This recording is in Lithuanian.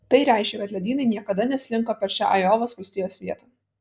tai reiškia kad ledynai niekada neslinko per šią ajovos valstijos vietą